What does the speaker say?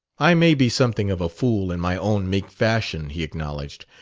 i may be something of a fool, in my own meek fashion, he acknowledged,